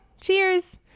Cheers